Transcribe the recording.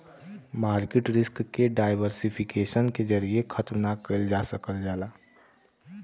market risk के diversification के जरिये खत्म ना कइल जा सकल जाला